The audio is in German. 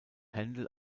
händel